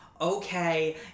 Okay